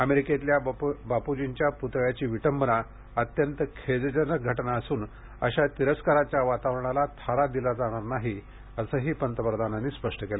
अमेरिकेतील बापूजींच्या पूतळ्याची विटंबना अत्यंत खेदजनक असून अशा तिरस्काराच्या वातावरणाला थारा दिला जाणार नाही असेही पंतप्रधान म्हणाले